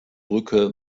brücke